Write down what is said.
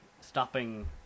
stopping